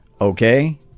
Okay